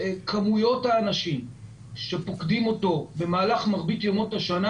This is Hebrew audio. כמויות האנשים שפוקדים את אגם הכינרת במהלך מרבית ימות השנה,